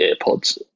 AirPods